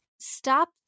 stop